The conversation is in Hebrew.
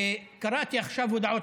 קראתי עכשיו הודעות,